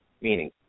meaning